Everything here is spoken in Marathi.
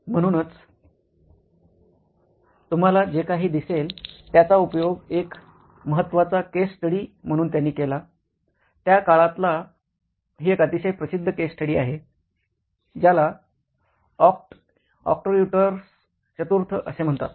म्हणूनच तुम्हाला जे काही दिसेल त्याचा उपयोग एक महत्वाचा केस स्टडी म्हणून त्यांनी केला त्या काळातला हि एक अतिशय प्रसिद्ध केस स्टडी आहे ज्याला आर्क्ट्युरस चतुर्थ असे म्हणतात